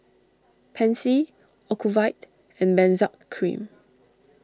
Pansy Ocuvite and Benzac Cream